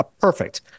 perfect